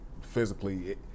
physically